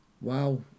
Wow